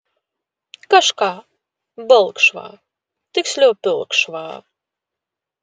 kažką balkšvą tiksliau pilkšvą